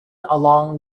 along